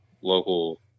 local